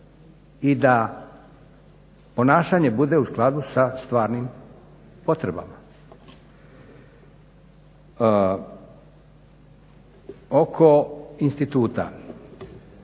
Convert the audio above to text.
i da ponašanje bude u skladu sa stvarnim potrebama. Oko instituta,